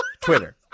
Twitter